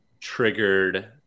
triggered